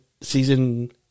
Season